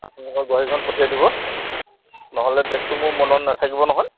আপোনলোকৰ গোহাৰিখন পঠিয়াই দিব নহ'লে ডেটটো মোৰ মনত নাথাকিব নহয়